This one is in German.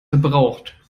verbraucht